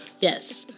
Yes